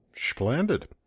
Splendid